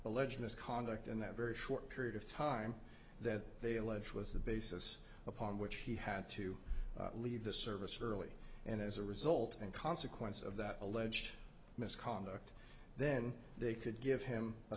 alleged misconduct in that very short period of time that they allege was the basis upon which he had to leave the service early and as a result in consequence of that alleged misconduct then they could give him a